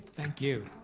thank you.